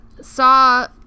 saw